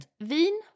vin